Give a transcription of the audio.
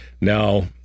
Now